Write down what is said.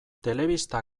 telebista